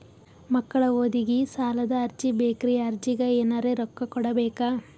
ಮಕ್ಕಳ ಓದಿಗಿ ಸಾಲದ ಅರ್ಜಿ ಬೇಕ್ರಿ ಅರ್ಜಿಗ ಎನರೆ ರೊಕ್ಕ ಕೊಡಬೇಕಾ?